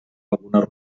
alguna